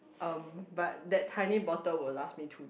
um but that tiny bottle will last me two day